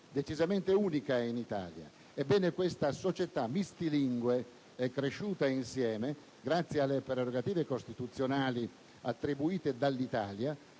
decisamente unica in Italia. Questa società mistilingue è cresciuta insieme grazie alle prerogative costituzionali attribuite dall'Italia